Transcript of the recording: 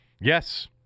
Yes